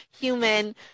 human